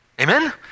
Amen